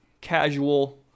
casual